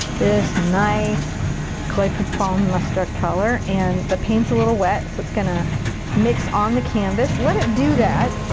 this nice grey poupon mustard color, and the paint's a little wet so it's gonna mix on the canvas. let it do that.